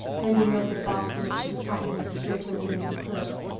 bending over the box in which she was packing mrs. rachel lynde's quilts.